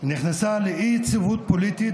נכנסה לאי-יציבות פוליטית,